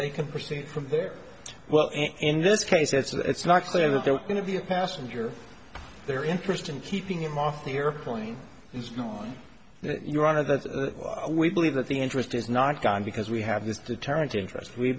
they can proceed from there well in this case it's not clear that they're going to be a passenger their interest in keeping him off the airplane is not on your honor that we believe that the interest is not gone because we have this deterrent interest we